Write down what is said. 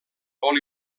vol